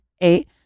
eight